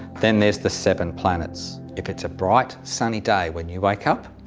then there's the seven planets. if it's a bright sunny day when you wake up,